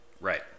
Right